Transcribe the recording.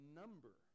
number